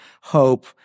hope